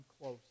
close